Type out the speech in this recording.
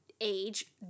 age